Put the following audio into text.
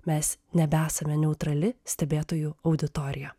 mes nebesame neutrali stebėtojų auditorija